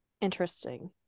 interesting